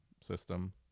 system